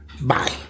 Bye